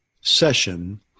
session